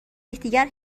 یکدیگر